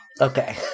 Okay